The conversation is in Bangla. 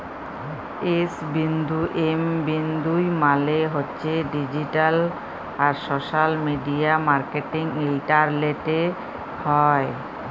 এস বিন্দু এম বিন্দু ই মালে হছে ডিজিট্যাল আর সশ্যাল মিডিয়া মার্কেটিং ইলটারলেটে হ্যয়